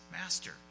master